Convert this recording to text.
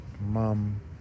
mom